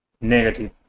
negative